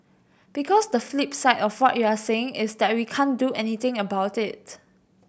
because the flip side of what you're saying is that we can't do anything about it